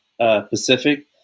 Pacific